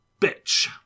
bitch